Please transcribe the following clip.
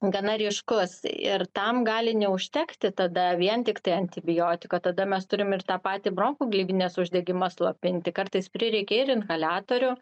gana ryškus ir tam gali neužtekti tada vien tiktai antibiotiko tada mes turim ir tą patį bronchų gleivinės uždegimą slopinti kartais prireikia ir inhaliatorių